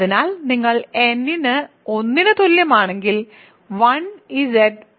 അതിനാൽ നിങ്ങൾ n ന് 1 ന് തുല്യമാണെങ്കിൽ 1 Z വെറും 1 Z ആണ്